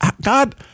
God